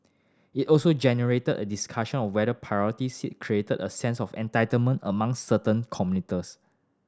it also generated a discussion or whether priority seat created a sense of entitlement among certain commuters